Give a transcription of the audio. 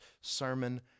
sermon